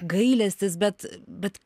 gailestis bet bet